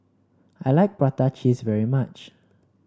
I like Prata Cheese very much